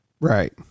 Right